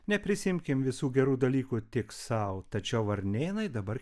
neprisiimkim visų gerų dalykų tik sau tačiau varnėnai dabar